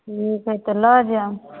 ठीक हइ तऽ लऽ जाउ